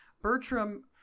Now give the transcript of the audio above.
Bertram